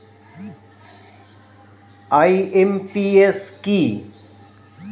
IMPS কি?